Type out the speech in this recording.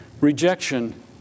rejection